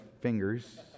fingers